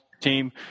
team